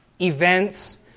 events